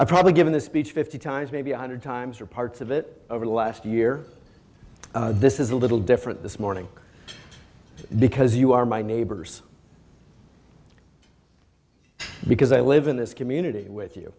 i've probably given this speech fifty times maybe one hundred times or parts of it over the last year this is a little different this morning because you are my neighbors because i live in this community with you